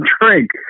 drink